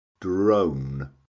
drone